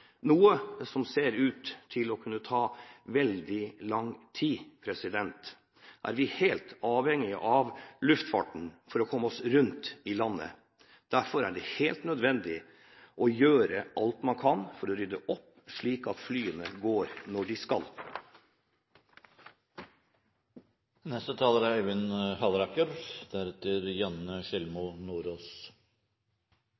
noe som ser ut til å kunne ta veldig lang tid – er vi helt avhengige av luftfarten for å komme oss rundt i landet. Derfor er det helt nødvendig å gjøre alt man kan for å rydde opp slik at flyene går når de